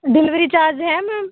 delivery charge ਹੈ ma'am